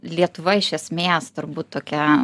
lietuva iš esmės turbūt tokia